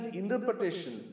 interpretation